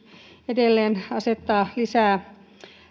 edelleen asettaa lisää